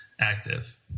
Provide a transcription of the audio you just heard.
active